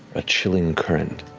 ah chilling current.